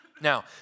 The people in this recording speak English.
Now